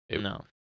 No